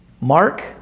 Mark